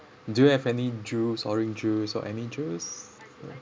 do you have any juice orange juice or any juice